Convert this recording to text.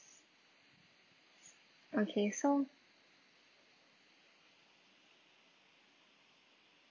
okay so